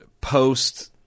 post